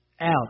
out